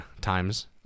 times